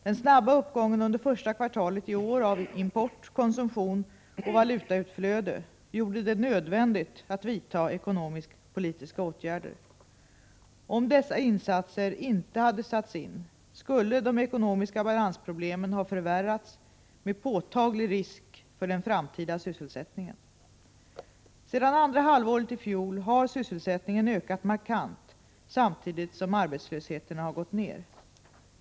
Den snabba uppgången under första kvartalet i år av import, konsumtion och valutautflöde gjorde det nödvändigt att vidta ekonomiskt-politiska åtgärder. Om dessa insatser inte hade satts in, skulle de ekonomiska balansproblemen har förvärrats med påtaglig risk för den framtida sysselsättningen. Sedan andra halvåret i fjol har sysselsättningen ökat markant samtidigt som arbetslösheten har gått ned.